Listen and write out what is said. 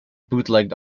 bootlegged